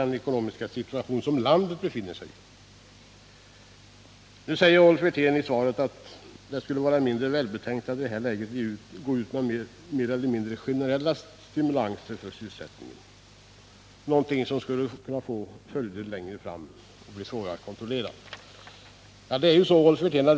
Nu säger Rolf Wirtén i svaret att det förefaller vara mindre välbetänkt att i detta läge gå ut med mer eller mindre generella stimulanser för sysselsättningen, något som skulle kunna få följder som längre fram kan bli svåra att kontrollera.